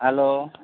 hello